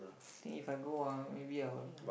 think If I go ah maybe I will